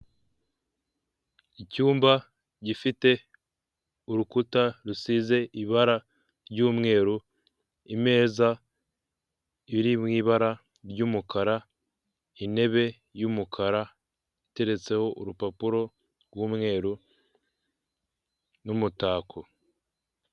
Icyumba gifite urukuta rusize ibara ry'umweru, imeza iri mu ibara ry'umukara intebe y'umukara iteretseho urupapuro rw'umweru n'umutako.